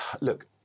Look